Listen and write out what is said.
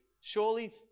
Surely